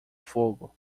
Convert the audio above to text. fogo